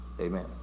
Amen